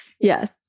Yes